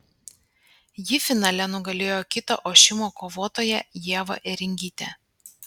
ji finale nugalėjo kitą ošimo kovotoją ievą ėringytę